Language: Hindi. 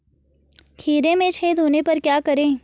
खीरे में छेद होने पर क्या करें?